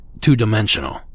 Two-dimensional